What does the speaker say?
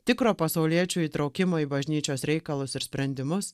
tikro pasauliečių įtraukimo į bažnyčios reikalus ir sprendimus